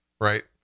right